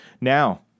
Now